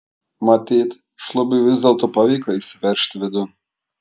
matyt šlubiui vis dėlto pavyko įsiveržti vidun